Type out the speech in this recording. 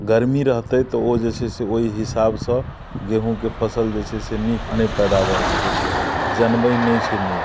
गरमी रहतै तऽ ओ जे छै ओइ हिसाबसँ गेहूँके फसल जे छै से नीक नहि पैदावर होइ छै जनमै नै छै नीक